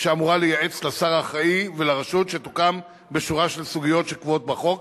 שאמורה לייעץ לשר האחראי ולרשות שתוקם בשורה של סוגיות שקבועות בחוק,